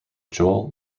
joel